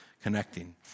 connecting